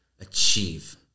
achieve